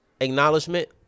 acknowledgement